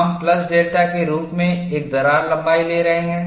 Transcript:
हम plus delta के रूप में एक दरार लंबाई ले रहे हैं